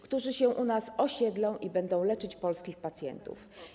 którzy się u nas osiedlą i będą leczyć polskich pacjentów.